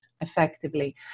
effectively